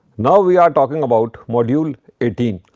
now, we are talking about module eighteen.